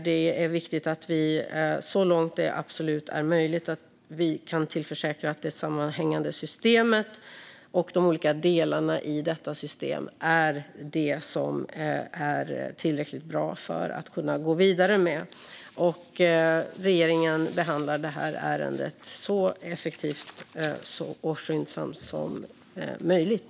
Det är viktigt att vi så långt det absolut är möjligt kan tillförsäkra att det sammanhängande systemet och de olika delarna i detta system är det som är tillräckligt bra för att kunna gå vidare med. Regeringen behandlar ärendet så effektivt och skyndsamt som möjligt.